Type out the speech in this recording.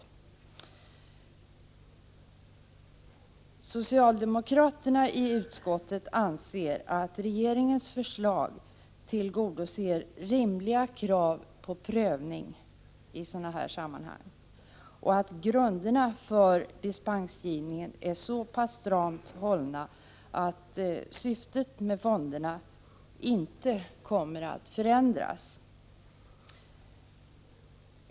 Socialdemokraterna i utskottet anser att regeringens förslag tillgodoser rimliga krav på prövning i sådana här sammanhang och att grunderna för dispensgivning är så stramt hållna att syftet med fonderna inte kommer att förändras.